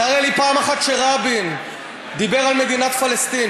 תראה לי פעם אחת שרבין דיבר על מדינת פלסטין.